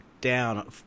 down